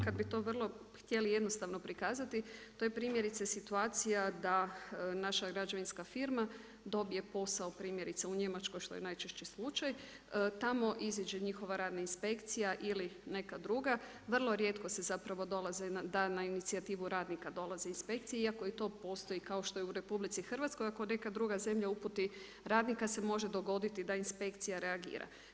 Kada bi to htjeli vrlo jednostavno prihvatiti to je primjerice situacija da naša građevinska firma dobije posao primjerice u Njemačkoj, što je najčešći slučaj, tamo iziđe njihova radna inspekcija ili neka druga, vrlo rijetko se dolaze na inicijativu radnika inspekcija iako i to postoji kao što i u RH ako neka druga zemlja uputi radnika se može dogoditi da inspekcija reagira.